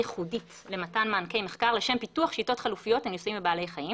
היתר לניסוי בבעלי חיים